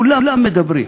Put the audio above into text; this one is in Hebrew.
כולם מדברים.